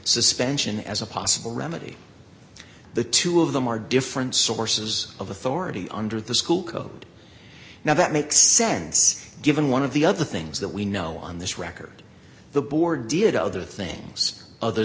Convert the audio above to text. suspension as a possible remedy the two of them are different sources of authority under the school code now that makes sense given one of the other things that we know on this record the board did other things other